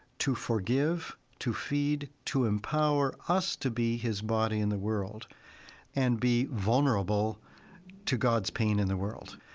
to forgive, to feed, to empower us to be his body in the world and be vulnerable to god's pain in the world.